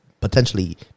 potentially